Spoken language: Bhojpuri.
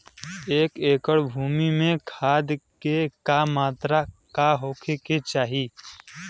एक एकड़ भूमि में खाद के का मात्रा का होखे के चाही?